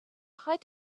height